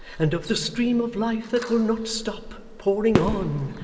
and of the stream of life that will not stop, pouring on,